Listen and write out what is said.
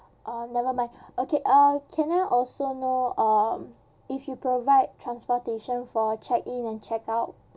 uh never mind okay uh can I also know um if you provide transportation for check in and check out